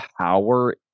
power